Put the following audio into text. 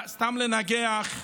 סתם לנגח,